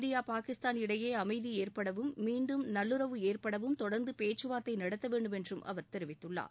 India Pakistan இடையே அமைதி ஏற்படவும் மீண்டும் நல்லுறவு ஏற்படவும் தொடர்ந்து பேச்சுவார்த்தை நடத்த வேண்டும் என்றும் அவர் தெரிவித்துள்ளார்